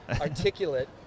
articulate